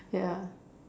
ya